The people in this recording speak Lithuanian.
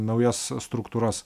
naujas struktūras